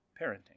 parenting